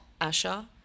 Asha